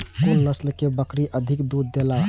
कुन नस्ल के बकरी अधिक दूध देला?